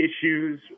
issues